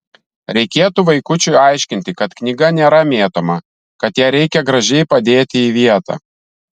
reikėtų vaikučiui aiškinti kad knyga nėra mėtoma kad ją reikia gražiai padėti į vietą